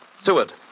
Seward